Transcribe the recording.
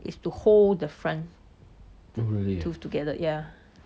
is to hold the front tooth together yeah